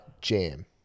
Jam